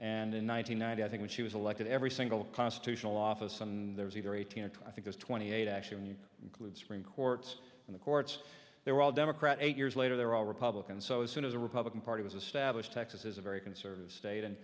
and in one thousand night i think when she was elected every single constitutional office and there's either eighteen and i think is twenty eight actually and includes supreme courts and the courts there were all democrat eight years later they're all republicans so as soon as the republican party was a stablish texas is a very conservative state and